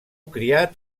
criat